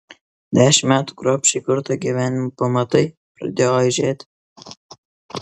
dešimt metų kruopščiai kurto gyvenimo pamatai pradėjo aižėti